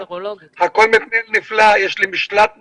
יש לי משל"ט נפלא,